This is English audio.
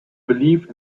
believe